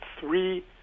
three